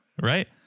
Right